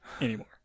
anymore